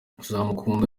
uzamukunda